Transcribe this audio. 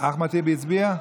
אחמד טיבי הצביע?